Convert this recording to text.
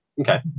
Okay